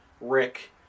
Rick